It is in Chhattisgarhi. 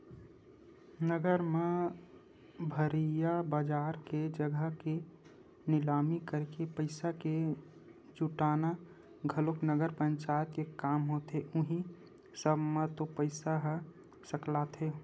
नगर म भरइया बजार के जघा के निलामी करके पइसा के जुटाना घलोक नगर पंचायत के काम होथे उहीं सब म तो पइसा ह सकलाथे